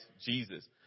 Jesus